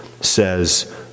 says